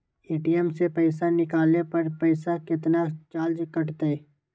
ATM से पईसा निकाले पर पईसा केतना चार्ज कटतई?